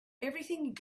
everything